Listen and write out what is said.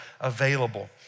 available